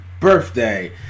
birthday